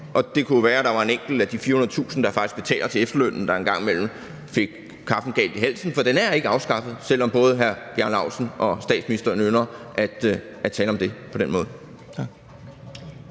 og det jo kunne være, at der var en enkelt af de 400.000, der faktisk betaler til efterlønnen, der en gang imellem fik kaffen galt i halsen. For den er ikke afskaffet, selv om både hr. Bjarne Laustsen og statsministeren ynder at tale om det på den måde.